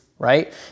Right